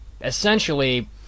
essentially